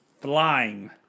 flying